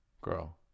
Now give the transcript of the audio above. girl